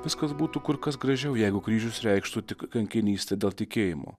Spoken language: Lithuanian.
viskas būtų kur kas gražiau jeigu kryžius reikštų tik kankinystę dėl tikėjimo